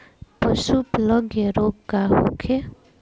पशु प्लग रोग का होखे?